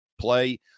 play